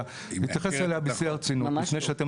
"כל רשות מרשויות השלטון חייבת לבצע את הוראות חוק זה,